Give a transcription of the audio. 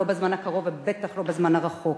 לא בזמן הקרוב ובטח לא בזמן הרחוק.